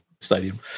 stadium